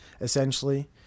essentially